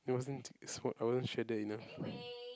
I wasn't I wasn't shredded enough